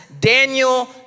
Daniel